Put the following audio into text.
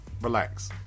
relax